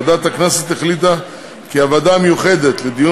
ועדת הכנסת החליטה כי הוועדה המיוחדת לדיון